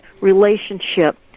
relationship